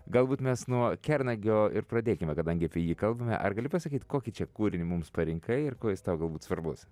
galbūt mes nuo kernagio ir pradėkime kadangi apie jį kalbame ar gali pasakyt kokį čia kūrinį mums parinkai ir kuo jis tau galbūt svarbus